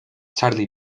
charlie